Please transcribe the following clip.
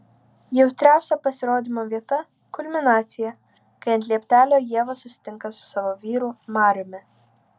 jautriausia pasirodymo vieta kulminacija kai ant lieptelio ieva susitinka su savo vyru mariumi